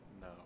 No